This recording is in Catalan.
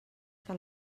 que